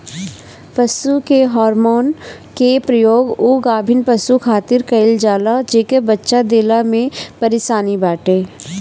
पशु के हार्मोन के प्रयोग उ गाभिन पशु खातिर कईल जाला जेके बच्चा देला में परेशानी बाटे